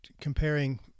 comparing